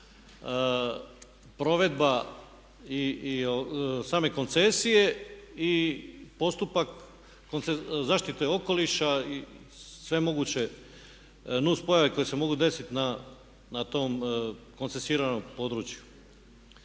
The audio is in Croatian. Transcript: provedba i same koncesije i postupak zaštite okoliša i sve moguće nus pojave koje se mogu desiti na tom koncesiranom području.